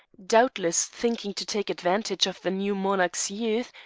doubtless thinking to take advantage of the new monarch's youth,